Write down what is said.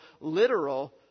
literal